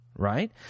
Right